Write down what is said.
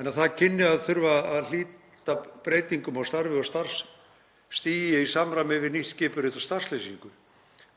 en að það kynni að þurfa að hlíta breytingum á starfi eða starfsstigi í samræmi við nýtt skipurit og starfslýsingu.